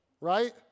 right